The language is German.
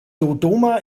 dodoma